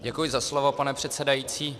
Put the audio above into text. Děkuji za slovo, pane předsedající.